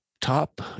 top